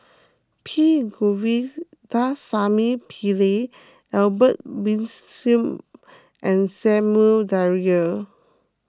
P Govindasamy Pillai Albert Winsemius and Samuel Dyer